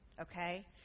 okay